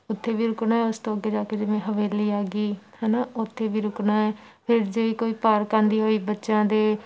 ਉੱਥੇ ਵੀ ਰੁਕਣਾ ਉਸ ਤੋਂ ਅੱਗੇ ਜਾ ਕੇ ਜਿਵੇਂ ਹਵੇਲੀ ਆ ਗਈ ਹੈ ਨਾ ਉੱਥੇ ਵੀ ਰੁਕਣਾ ਫਿਰ ਜੇ ਕੋਈ ਪਾਰਕ ਆਉਂਦੀ ਹੋਈ ਬੱਚਿਆਂ ਦੇ